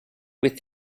with